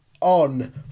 on